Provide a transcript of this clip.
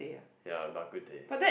ya bak kut teh